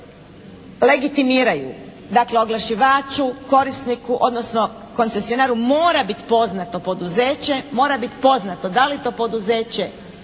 legitimiraju. Dakle, oglašivaču korisniku, odnosno koncesionaru mora biti poznato poduzeće, mora biti poznato da li to poduzeće